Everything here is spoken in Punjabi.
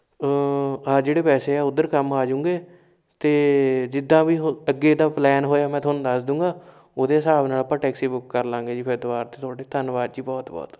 ਆ ਜਿਹੜੇ ਪੈਸੇ ਆ ਉਧਰ ਕੰਮ ਆਜੂਂਗੇ ਅਤੇ ਜਿੱਦਾਂ ਵੀ ਹੋ ਅੱਗੇ ਦਾ ਪਲੈਨ ਹੋਇਆ ਮੈਂ ਤੁਹਾਨੂੰ ਦੱਸ ਦੂਂਗਾ ਉਹਦੇ ਹਿਸਾਬ ਨਾਲ ਆਪਾਂ ਟੈਕਸੀ ਬੁੱਕ ਕਰਲਾਂਗੇ ਜੀ ਫ਼ਿਰ ਦੁਬਾਰਾ ਤੋਂ ਤੁਹਾਡੀ ਧੰਨਵਾਦ ਜੀ ਬਹੁਤ ਬਹੁਤ